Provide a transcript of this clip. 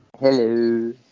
Hello